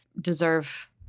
deserve